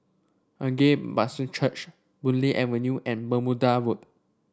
Agape Baptist Church Boon Lay Avenue and Bermuda Road